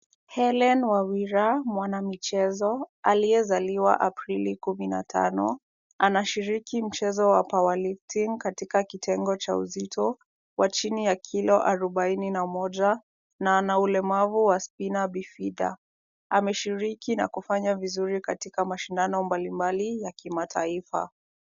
Hellen Wawira, mwanamichezo aliyezaliwa Aprili kumi na tano, anashiriki mchezo wa power lifting katika kitengo cha uzito wa chini ya kilo arobaini na moja, na ana ulemavu wa Spina Bifida. Ameshiriki na kufanya vizuri katika mashindano mbali mbali ya kimataifa.